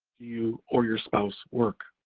you or your spouse work?